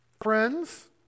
Friends